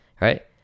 right